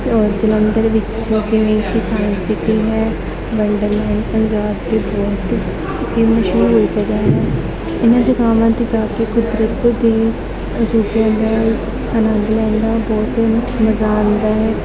ਔਰ ਜਲੰਧਰ ਵਿੱਚ ਜਿਵੇਂ ਕਿ ਸਾਇੰਸ ਸਿਟੀ ਹੈ ਵੰਡਰਲੈਂਡ ਪੰਜਾਬ ਦੀ ਬਹੁਤ ਹੀ ਮਸ਼ਹੂਰ ਜਗ੍ਹਾ ਹੈ ਇਨ੍ਹਾਂ ਜਗ੍ਹਾ 'ਤੇ ਜਾ ਕੇ ਕੁਦਰਤ ਦੇ ਅਜੂਬਿਆਂ ਦਾ ਅਨੰਦ ਲੈਣ ਦਾ ਬਹੁਤ ਮਜ਼ਾ ਆਉਂਦਾ ਹੈ